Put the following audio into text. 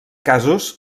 casos